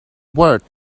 worth